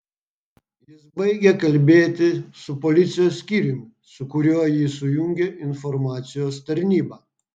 jis baigė kalbėti su policijos skyriumi su kuriuo jį sujungė informacijos tarnyba